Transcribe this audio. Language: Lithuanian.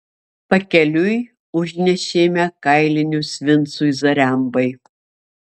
pakeliui užnešėme kailinius vincui zarembai